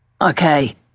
Okay